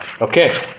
okay